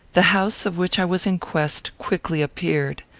the house of which i was in quest quickly appeared.